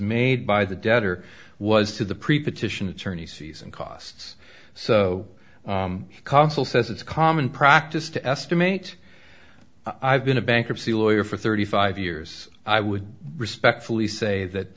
made by the debtor was to the pre to titian attorney's fees and costs so the consul says it's common practice to estimate i've been a bankruptcy lawyer for thirty five years i would respectfully say that